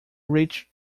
rich